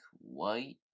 white